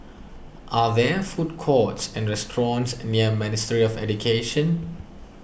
are there food courts and restaurants near Ministry of Education